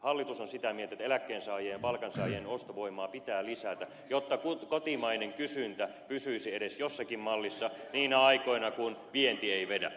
hallitus on sitä mieltä että eläkkeensaajien ja palkansaajien ostovoimaa pitää lisätä jotta kotimainen kysyntä pysyisi edes jossakin mallissa niinä aikoina kun vienti ei vedä